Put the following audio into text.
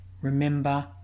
Remember